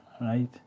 right